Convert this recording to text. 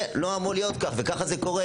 זה לא אמור להיות כך, וככה זה קורה.